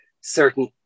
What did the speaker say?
certain